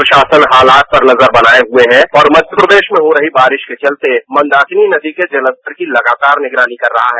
प्रशासन हालात पर नजर बनाए हुए हैं और मक्य प्रदेश में हो रही बारिश के चलते मंदाकनी नदी के जलस्तर की लगातार निगरानी कर रहा है